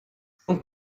skąd